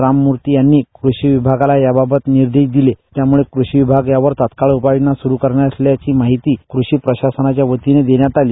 राममूर्ती यांनी कृषी विभागाला याबाबत निर्देश दिले म्हणूनच कृषी विभाग तात्काळ यावर उपाय योजना सुरु करणार असल्याची माहिती कृषी प्रशासनाच्या वतीने देण्यात आली